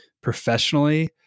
professionally